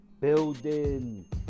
building